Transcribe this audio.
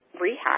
rehab